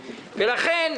ולכן,